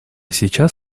сейчас